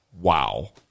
Wow